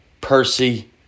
Percy